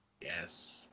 yes